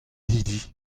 hiziv